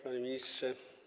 Panie Ministrze!